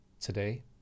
today